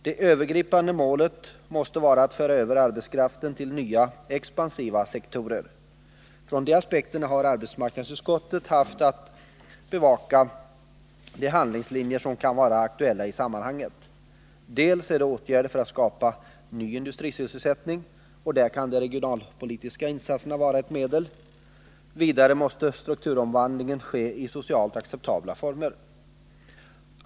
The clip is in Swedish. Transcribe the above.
Det övergripande målet måste vara att föra över arbetskraften till nya expansiva sektorer. Från de aspekterna har arbetsmarknadsutskottet haft att bevaka två handlingslinjer, som är aktuella i sammanhanget. För det första gäller det åtgärder för att skapa en ny industrisysselsättning, och där kan regionalpolitiska insatser vara ett medel. För det andra måste strukturomvandlingen ske i socialt acceptabla former.